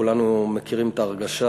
כולנו מכירים את ההרגשה